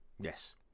Yes